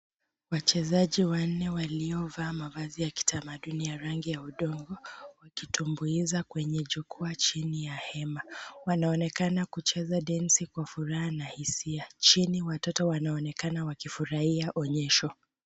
Wachezaji wanne waliovaa mavazi ya kitamaduni ya rangi ya udongo, wakitumbuiza kwenye jukwaa chini ya hema. Wanaonekana kucheza densi kwa furaha na hisia. Chini watoto wanaonekana wakifurahia onyesho.